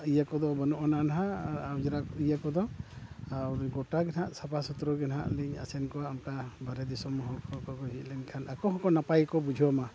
ᱤᱭᱟᱹ ᱠᱚᱫᱚ ᱵᱟᱹᱱᱩᱜᱼᱟ ᱱᱟᱦᱟᱜ ᱚᱸᱡᱽᱨᱟ ᱤᱭᱟᱹ ᱠᱚᱫᱚ ᱟᱨ ᱜᱚᱴᱟ ᱜᱮ ᱱᱟᱦᱟᱜ ᱥᱟᱯᱷᱟ ᱥᱩᱛᱨᱚ ᱜᱮ ᱱᱟᱦᱟᱜ ᱞᱤᱧ ᱟᱥᱮᱱ ᱠᱚᱣᱟ ᱚᱱᱠᱟ ᱵᱟᱨᱦᱮ ᱫᱤᱥᱚᱢ ᱦᱚᱲᱠᱚ ᱦᱚᱸᱠᱚ ᱦᱮᱡ ᱞᱮᱱᱠᱷᱟᱱ ᱟᱠᱚ ᱦᱚᱸᱠᱚ ᱱᱟᱯᱟᱭ ᱜᱮᱠᱚ ᱵᱩᱡᱷᱟᱹᱣ ᱢᱟ